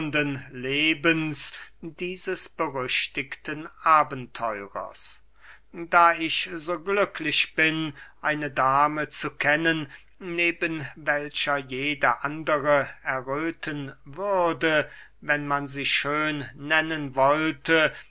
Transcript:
lebens dieses berüchtigten abenteurers da ich so glücklich bin eine dame zu kennen neben welcher jede andere erröthen wurde wenn man sie schön nennen wollte